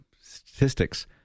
statistics